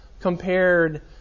compared